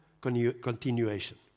continuation